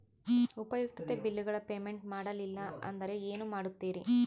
ಉಪಯುಕ್ತತೆ ಬಿಲ್ಲುಗಳ ಪೇಮೆಂಟ್ ಮಾಡಲಿಲ್ಲ ಅಂದರೆ ಏನು ಮಾಡುತ್ತೇರಿ?